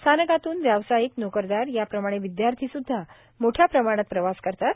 स्थानकातृन व्यावसायिक नोकरदार याप्रमाणे विदयार्थीसध्दा मोठ्या प्रमाणात प्रवास करतात